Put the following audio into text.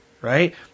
right